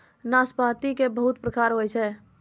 नाशपाती के बहुत प्रकार होय छै